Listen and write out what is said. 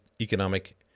economic